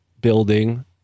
building